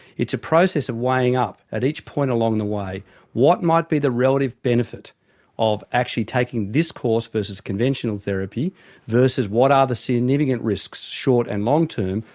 it's a process of weighing up at each point along the way what might be the relative benefit of actually taking this course versus conventional therapy versus what are the significant risks, short and long term,